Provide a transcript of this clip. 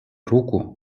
руку